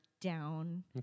down